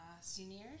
seniors